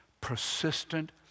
persistent